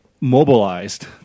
mobilized